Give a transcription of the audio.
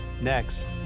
Next